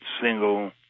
single